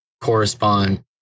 correspond